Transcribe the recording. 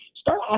start